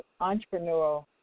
entrepreneurial